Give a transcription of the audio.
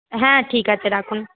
হ্যাঁ ঠিক আছে রাখুন